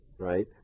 right